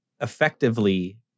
effectively